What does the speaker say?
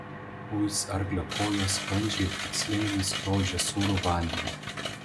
uis arklio kojos sklandžiai ir tikslingai skrodžia sūrų vandenį